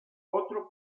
otro